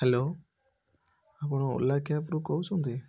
hello ଆପଣ ଓଲା କ୍ୟାବ୍ରୁ କହୁଛନ୍ତି